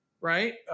right